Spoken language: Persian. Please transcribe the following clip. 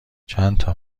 چندتا